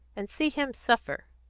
and see him suffer.